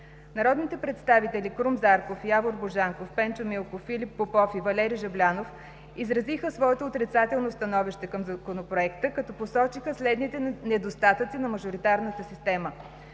Народните представители Крум Зарков, Явор Божанков, Пенчо Милков, Филип Попов и Валери Жаблянов изразиха своето отрицателно становище към Законопроекта, като посочиха следните недостатъци на мажоритарната система: